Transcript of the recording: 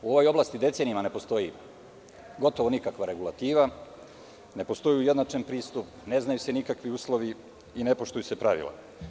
U ovoj oblasti decenijama ne postoji gotovo nikakva regulativa, ne postoji ujednačen pristup, ne znaju se nikakvi uslovi i ne poštuju se pravila.